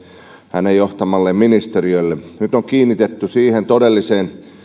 hänelle johtamalleen ministeriölle nyt on kiinnitetty huomiota siihen todelliseen